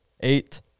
eight